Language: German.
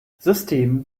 system